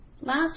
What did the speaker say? Last